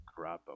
grappa